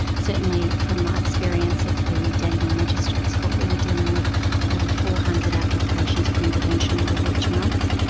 certainly from my experience at the dandenong magistrates' court we were dealing with over four hundred applications for intervention orders each month,